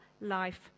life